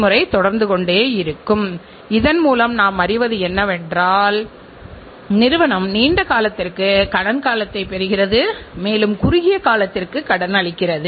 குறைபாடுள்ள தயாரிப்புகள் அல்லது தரக்குறைவான சேவைகள் ஆகியவற்றை நீங்கள் நீக்க விரும்பினால் நீங்கள் பொருளின் தரத்தை அதிகரிக்க வேண்டும்